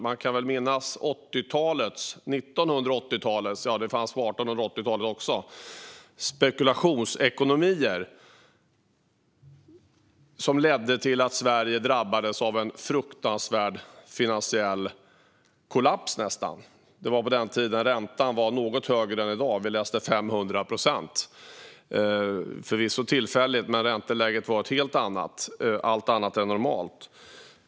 Man kan väl minnas 1980-talets spekulationsekonomi - även om det fanns på 1880-talet också - som ledde till att Sverige drabbades av en fruktansvärd finansiell situation. Det var nästan en kollaps. Det var på den tiden räntan var något högre än i dag, nämligen 500 procent. Det var förvisso tillfälligt, men ränteläget var ett helt annat - och allt annat än normalt.